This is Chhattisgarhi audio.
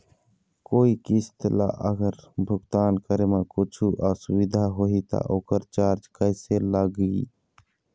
कोई किस्त ला अगर भुगतान करे म कुछू असुविधा होही त ओकर चार्ज कैसे लगी?